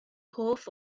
hoff